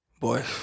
boy